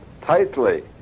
tightly